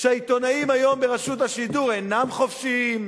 העיתונאים היום, ברשות השידור, אינם חופשיים,